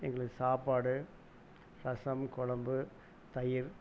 எங்களுக்கு சாப்பாடு ரசம் குழம்பு தயிர்